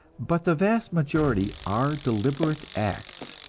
but the vast majority are deliberate acts,